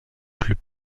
plus